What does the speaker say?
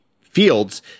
fields